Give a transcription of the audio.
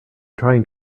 trying